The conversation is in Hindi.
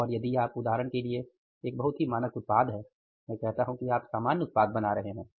तो और यदि आप उदाहरण के लिए एक बहुत ही मानक उत्पाद है मैं कहता हूं कि आप सामान्य उत्पाद बना रहे हैं